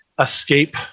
escape